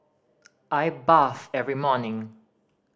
I bathe every morning